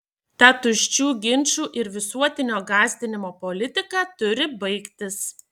ta tuščių ginčų ir visuotinio gąsdinimo politika turi baigtis